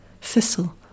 Thistle